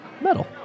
metal